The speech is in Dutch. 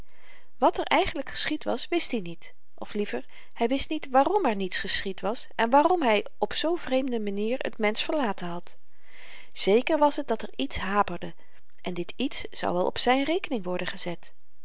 wat er eigenlyk geschied was wist i niet of liever hy wist niet waarm er niets geschied was en waarm hy op zoo vreemde manier t mensch verlaten had zéker was het dat er iets haperde en dit iets zou wel op zyn rekening worden gezet